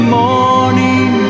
morning